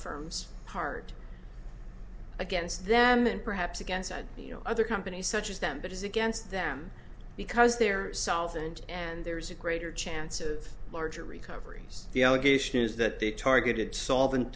firms part against them and perhaps against that you know other companies such as them but is against them because they're south and and there's a greater chance of larger recoveries the allegation is that they targeted solvent